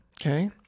okay